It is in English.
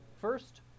first